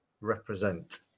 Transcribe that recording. represent